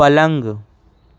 پلنگ